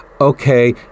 okay